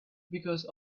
because